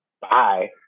bye